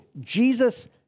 Jesus